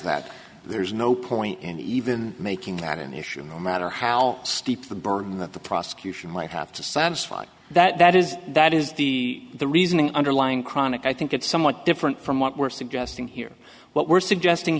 that there's no point in even making that an issue no matter how steep the burden that the prosecution might have to satisfy that is that is the the reasoning underlying chronic i think it's somewhat different from what we're suggesting here what we're suggesting